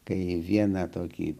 kai vieną tokį